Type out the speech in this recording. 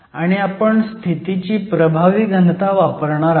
आणि आपण स्थितीची प्रभावी घनता वापरणार आहोत